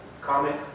comic